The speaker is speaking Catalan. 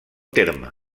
terme